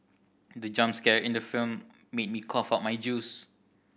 the jump scare in the film made me cough out my juice